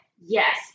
yes